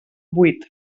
buit